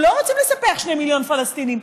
אנחנו לא רוצים לספח שני מיליון פלסטינים.